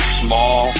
small